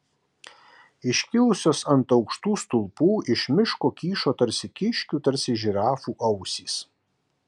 iškilusios ant aukštų stulpų iš miško kyšo tarsi kiškių tarsi žirafų ausys